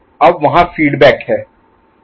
अब वहां फीडबैक है